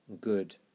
good